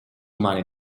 umane